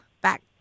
back